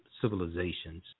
civilizations